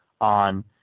on